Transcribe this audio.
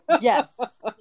Yes